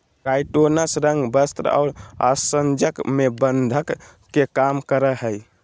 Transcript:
काइटोनस रंग, वस्त्र और आसंजक में बंधक के काम करय हइ